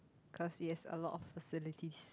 cause yes a lot of facilities